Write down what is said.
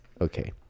Okay